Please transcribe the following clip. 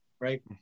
right